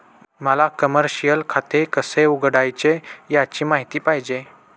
मला कमर्शिअल खाते कसे उघडायचे याची माहिती पाहिजे